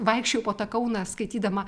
vaikščiojau po tą kauną skaitydama